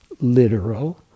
literal